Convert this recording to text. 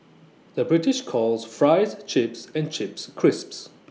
the British calls Fries Chips and Chips Crisps